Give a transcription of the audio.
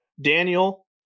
daniel